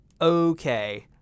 okay